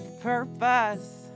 purpose